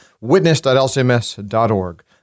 witness.lcms.org